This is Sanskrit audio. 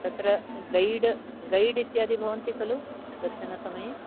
तत्र गैड् गैड् इत्यादि भवन्ति खलु दर्शनसमये